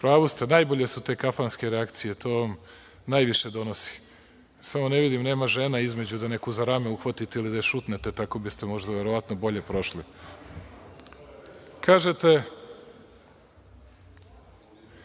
pravu ste, najbolje su te kafanske reakcije. To vam najviše donosi. Samo ne vidim, nema žena između da neku za rame uhvatite ili da je šutnete, tako biste možda verovatno bolje prošli. Kažete